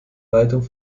leitung